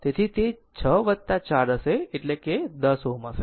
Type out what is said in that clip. તેથી તે 6 4 હશે જે 10 એટલે કે 10 Ω છે